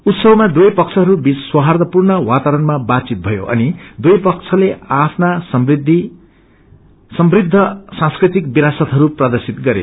उसवमा दुवै पक्षहरू बीच सौहादपूर्ण वातावरणमा बातथित भयो अनि दुवै पक्षले आ आफ्ना समृद्ध सांस्कृतिक विरासतहरू प्रद्रशित गरे